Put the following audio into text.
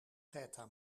feta